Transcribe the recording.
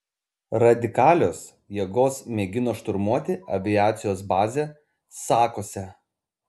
radikalios jėgos mėgino šturmuoti aviacijos bazę sakuose